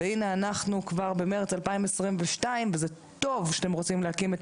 והנה אנחנו כבר במרס 2022. זה טוב שאתם רוצים להקים את